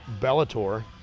Bellator